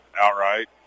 outright